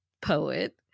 poet